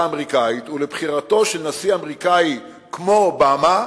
האמריקנית ולבחירתו של נשיא אמריקני כמו אובמה,